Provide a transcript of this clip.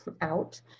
out